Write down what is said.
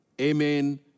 Amen